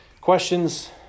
Questions